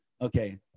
Okay